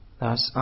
Thus